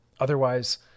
Otherwise